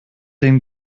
den